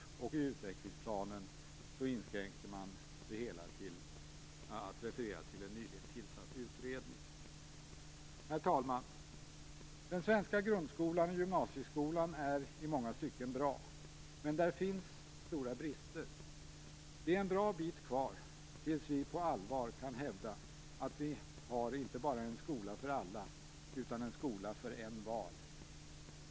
I utvecklingsplanen inskränker man sig till att referera till en nyligen tillsatt utredning. Herr talman! Den svenska grundskolan och gymnasieskolan är i många stycken bra, men där finns stora brister. Det är en bra bit kvar tills vi på allvar kan hävda att vi har inte bara en skola för alla utan också en skola för envar.